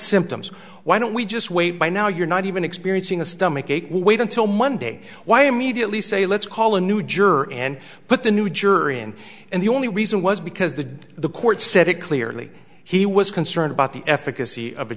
symptoms why don't we just wait by now you're not even experiencing a stomach ache wait until monday why immediately say let's call a new juror and put the new juror in and the only reason was because the the court said it clearly he was concerned about the efficacy of